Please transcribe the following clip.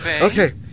Okay